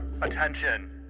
Attention